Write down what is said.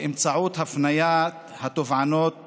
באמצעות הפניית תובענות